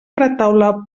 retaule